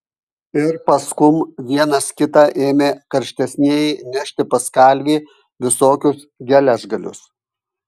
ir paskum vienas kitą ėmė karštesnieji nešti pas kalvį visokius geležgalius